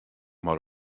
mar